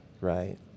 right